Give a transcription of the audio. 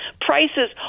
prices